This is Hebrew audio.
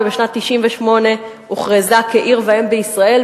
ובשנת 1998 הוכרזה כעיר ואם בישראל.